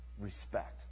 respect